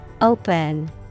Open